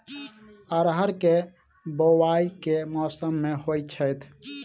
अरहर केँ बोवायी केँ मौसम मे होइ छैय?